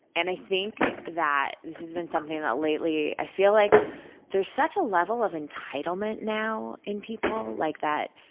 and, i think that this has been something that, lately, i feel that like there's such a level of entitlement now in people. like that,